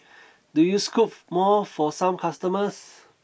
do you scoop more for some customers